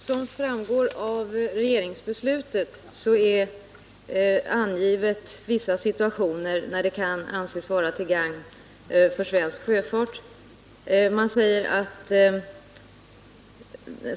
Herr talman! I regeringsbeslutet anges vissa situationer, där ett tillstånd till försäljning kan anses vara till gagn för svensk sjöfart.